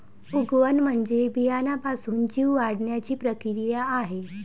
उगवण म्हणजे बियाण्यापासून जीव वाढण्याची प्रक्रिया आहे